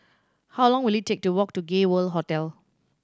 how long will it take to walk to Gay World Hotel